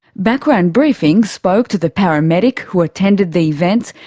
background briefing spoke to the paramedic who attended the events,